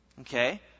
Okay